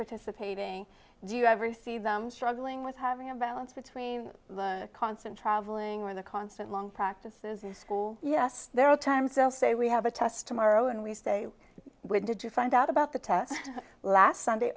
participating do you ever see them struggling with having a balance between the constant traveling or the constant long practices this school yes there at times they'll say we have a test tomorrow and we say when did you find out about the test last sunday